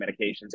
medications